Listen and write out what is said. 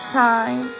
time